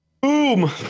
Boom